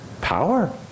power